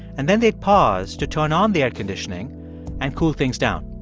and then they'd pause to turn on the air conditioning and cool things down.